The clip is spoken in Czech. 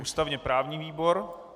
Ústavněprávní výbor.